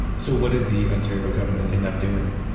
so what did the ontario government end up doing?